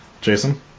Jason